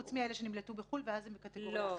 חוץ מאלה שנמלטו לחו"ל ואז בקטגוריה אחרת?